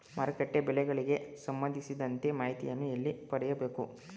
ಮಾರುಕಟ್ಟೆ ಬೆಲೆಗಳಿಗೆ ಸಂಬಂಧಿಸಿದಂತೆ ಮಾಹಿತಿಯನ್ನು ಎಲ್ಲಿ ಪಡೆಯಬೇಕು?